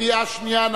קריאה שנייה.